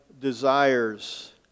desires